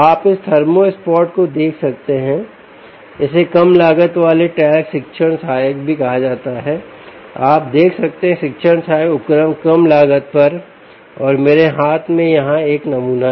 आप इस thermo spot को देख सकते हैं इसे कम लागत वाले TALC शिक्षण सहायक भी कहा जाता है आप देख सकते हैं शिक्षण सहायक उपकरण कम लागत पर और मेरे हाथ में यहाँ एक नमूना है